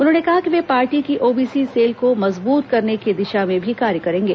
उन्होंने कहा कि वे पार्टी की ओबीसी सेल को मजबूत करने की दिशा में कार्य करेंगे